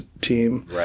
team